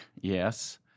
yes